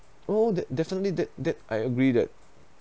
oh de~ definitely that that I agree that